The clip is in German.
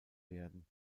werden